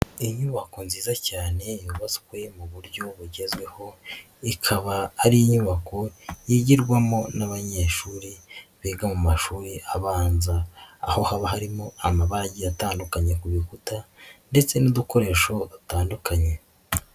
Inyubako nziza cyane yubatswe mu buryo bugezweho, ikaba ari inyubako yigirwamo n'abanyeshuri biga mu mashuri abanza, aho haba harimo amabara agiye atandukanye ku bikuta ndetse n'udukoresho dutandukanye.